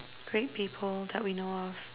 great people that we know of